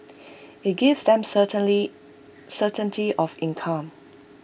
IT gives them certainly certainty of income